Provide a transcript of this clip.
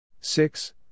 six